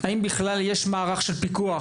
האם, בכלל, יש מערך של פיקוח?